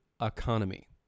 economy